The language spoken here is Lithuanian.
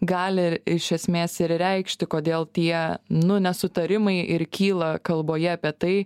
gali iš esmės ir reikšti kodėl tie nu nesutarimai ir kyla kalboje apie tai